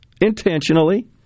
Intentionally